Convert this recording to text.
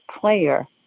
player